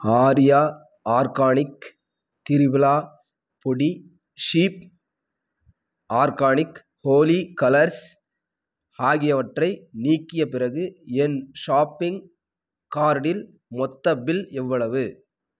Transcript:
Arya organic triphala பொடி Shubh organic Holi colours ஆகியவற்றை நீக்கிய பிறகு என் ஷாப்பிங் கார்டில் மொத்த பில் எவ்வளவு